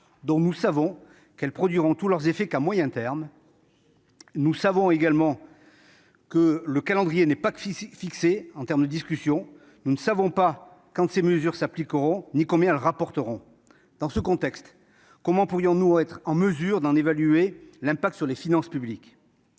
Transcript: dont nous savons qu'elles ne produiront tous leurs effets qu'à moyen terme. Nous savons également que le calendrier n'est pas fixé ; nous ne savons pas quand ces mesures s'appliqueront ni combien elles rapporteront. Comment pourrions-nous être en mesure d'en évaluer l'impact sur les finances publiques ?